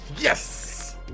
Yes